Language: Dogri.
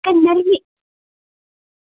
कन्नै आह्लियै ई